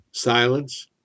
Silence